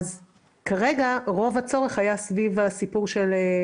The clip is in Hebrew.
כרגע רוב הצורך היה סביב בייביסיטר,